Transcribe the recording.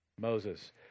Moses